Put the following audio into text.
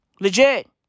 Legit